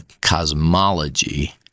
cosmology